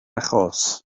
achos